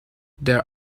there